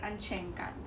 安全感